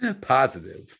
positive